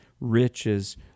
riches